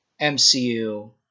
MCU